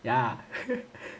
ya